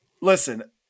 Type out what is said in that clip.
listen